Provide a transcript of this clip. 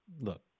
look